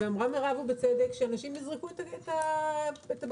מירב אמרה בצדק שאנשים יזרקו את הבקבוקים